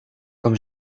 com